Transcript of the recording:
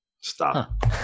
Stop